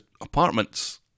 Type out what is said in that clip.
apartments